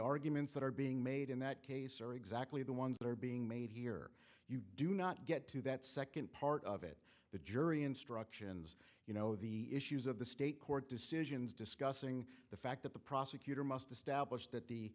arguments that are being made in that case are exactly the ones that are being made here you do not get to that second part of it the jury instructions you know the issues of the state court decisions discussing the fact that the prosecutor must establish that the